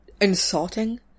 insulting